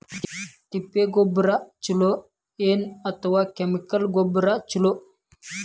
ತಿಪ್ಪಿ ಗೊಬ್ಬರ ಛಲೋ ಏನ್ ಅಥವಾ ಕೆಮಿಕಲ್ ಗೊಬ್ಬರ ಛಲೋ?